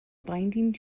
binding